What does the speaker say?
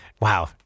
Wow